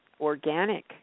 organic